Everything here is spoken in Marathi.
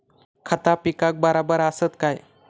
खता पिकाक बराबर आसत काय?